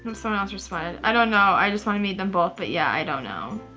um someone else responded. i don't know, i just want to meet them both, but yeah i don't know.